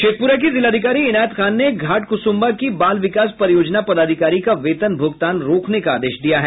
शेखपुरा की जिलाधिकारी इनायत खान ने घाटकुसुमभा की बाल विकास परियोजना पदाधिकारी का वेतन भूगतान रोकने का आदेश दिया है